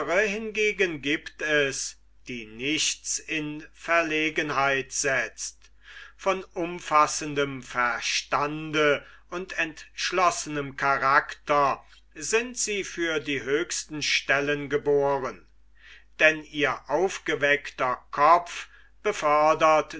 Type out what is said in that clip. hingegen giebt es die nichts in verlegenheit setzt von umfassendem verstande und entschlossenem karakter sind sie für die höchsten stellen geboren denn ihr aufgeweckter kopf befördert